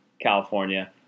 California